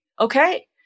okay